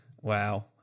wow